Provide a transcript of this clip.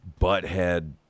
butthead